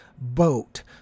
boat